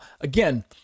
again